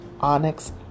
Onyx